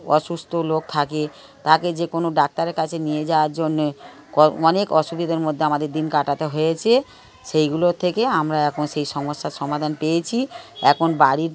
অসুস্থ লোক থাকে তাকে যে কোনো ডাক্তারের কাছে নিয়ে যাওয়ার জন্যে অনেক অসুবিদের মধ্যে আমাদের দিন কাটাতে হয়েছে সেগুলোর থেকে আমরা এখন সেই সমস্যার সমাধান পেয়েছি এখন বাড়ির